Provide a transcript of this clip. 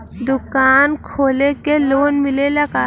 दुकान खोले के लोन मिलेला का?